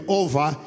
over